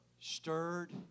Stirred